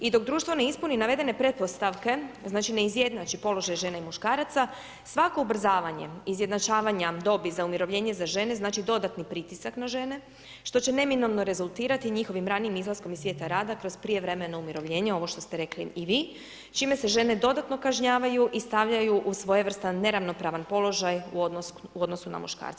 I dok društvo ne ispuni naveden pretpostavke, znači ne izjednači položaj žena i muškaraca, svako ubrzavanje izjednačavanja dobi za umirovljenje za žene znači dodatni pritisak na žene, što će neminovno rezultirati njihovim ranijim izlaskom iz svijeta rada kroz prijevremeno umirovljenje, ovo što ste rekli i vi, čime se žene dodatno kažnjavaju i stavljaju u svojevrstan neravnopravan položaj u odnosu na muškarca.